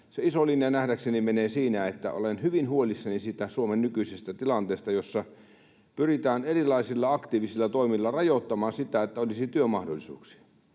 se iso linja menee: Olen hyvin huolissani siitä Suomen nykyisestä tilanteesta, jossa pyritään erilaisilla aktiivisilla toimilla rajoittamaan sitä, että olisi työmahdollisuuksia,